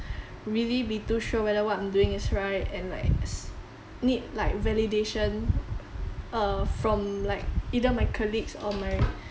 really be too sure whether what I'm doing is right and like s~ need like validation err from like either my colleagues or my